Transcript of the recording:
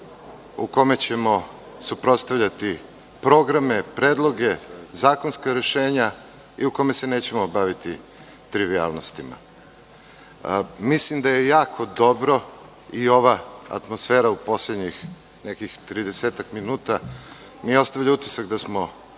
u kome ćemo suprotstavljati programe, predloge, zakonska rešenja i u kome se nećemo baviti trivijalnostima. Mislim da je jako dobro i ova atmosfera u poslednjih nekih 30-ak minuta mi ostavlja utisak da smo